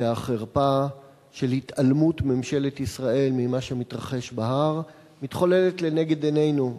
והחרפה של התעלמות ממשלת ישראל ממה שמתרחש בהר מתחוללת לנגד עינינו.